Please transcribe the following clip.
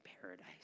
paradise